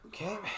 Okay